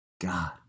God